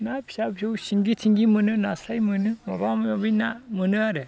ना फिसा फिसौ सिंगि थिंगि मोनो नास्राय मोनो माबा माबि ना मोनो आरो